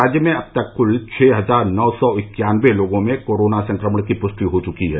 राज्य में अब तक कुल छः हजार नौ सौ इक्यानबे लोगों में कोरोना संक्रमण की पुष्टि हो चुकी है